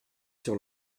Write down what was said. sur